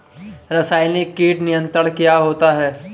रसायनिक कीट नियंत्रण क्या होता है?